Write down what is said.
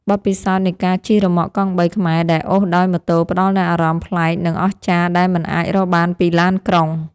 បទពិសោធន៍នៃការជិះរ៉ឺម៉កកង់បីខ្មែរដែលអូសដោយម៉ូតូផ្តល់នូវអារម្មណ៍ប្លែកនិងអស្ចារ្យដែលមិនអាចរកបានពីឡានក្រុង។